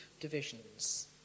divisions